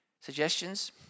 suggestions